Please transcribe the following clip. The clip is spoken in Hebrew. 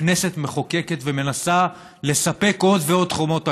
הכנסת מחוקקת ומנסה לספק עוד ועוד חומות הגנה,